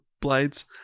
blades